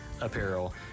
apparel